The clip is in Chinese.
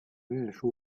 运输